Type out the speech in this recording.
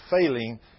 failing